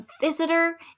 visitor